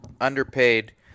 underpaid